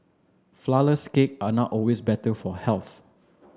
flourless cake are not always better for health